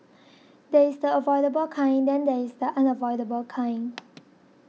there is the avoidable kind and then there is the unavoidable kind